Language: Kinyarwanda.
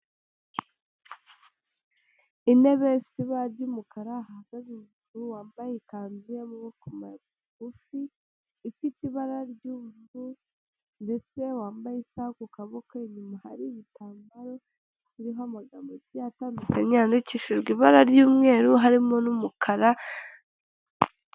Intebe ifite ibara ry'umukara hahagaze umuntu wambaye ikanzu y'amaboko magufi, ifite ibara ry'ubururu ndetse wambaye isaha ku kaboko, inyuma hari igitambaro kirimo amagambo agiye atandukanye yandikishijwe ibara ry'umweru harimo n'umukara.